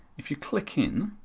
if you click in,